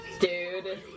Dude